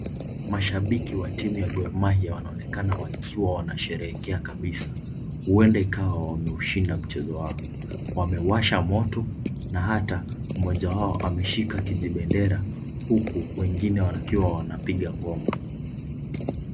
Mashabiki wa timu ya Gormahia wanaonekana wakiwa wanasherehekea kabisaa huenda ikawa wameushinda mchezo wao, wamewasha moto na hata mmoja wao ameshika kijibendera huku wengine wakiwa wanapiga ngoma.